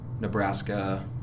Nebraska